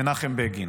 מנחם בגין.